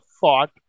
thought